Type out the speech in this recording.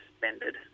suspended